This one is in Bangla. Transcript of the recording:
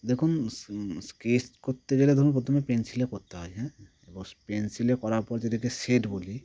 দেখুন স্কেচ করতে গেলে ধরুন প্রথমে পেন্সিলে করতে হয় হ্যাঁ এবং পেন্সিলে করার পর যদি একে শেড বলি